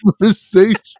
conversation